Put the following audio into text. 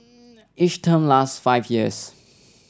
each term lasts five years